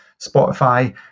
Spotify